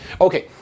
Okay